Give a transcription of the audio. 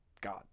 God